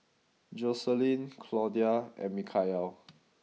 Joseline Claudia and Mikeal